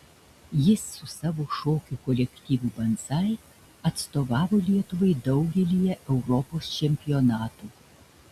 jis su savo šokių kolektyvu banzai atstovavo lietuvai daugelyje europos čempionatų